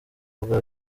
ubwa